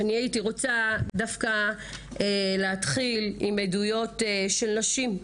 הייתי רוצה להתחיל בשמיעה של עדויות של נשים.